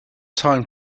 time